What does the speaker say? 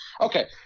okay